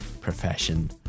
profession